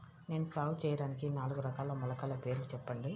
నేను సాగు చేయటానికి నాలుగు రకాల మొలకల పేర్లు చెప్పండి?